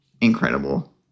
Incredible